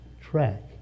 track